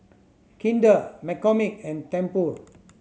Kinder McCormick and Tempur